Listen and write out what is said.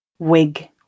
Wig